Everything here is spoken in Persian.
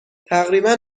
تقریبا